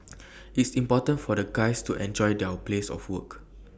it's important for the guys to enjoy their place of work